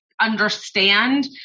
understand